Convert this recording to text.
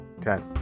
ten